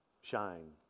Shine